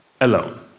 alone